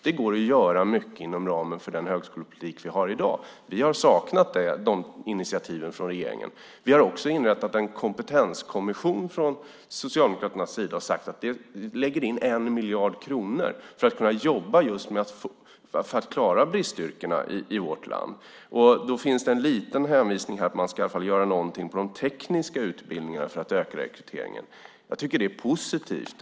Det går att göra mycket inom ramen för den högskolepolitik vi har i dag. Vi har saknat de initiativen från regeringen. Vi har också inrättat en kompetenskommission från Socialdemokraternas sida. Vi lägger in 1 miljard kronor för att kunna jobba just med att klara bristyrkena i vårt land. Det finns en liten hänvisning här till att man ska göra något på de tekniska utbildningarna för att öka rekryteringen. Jag tycker att det är positivt.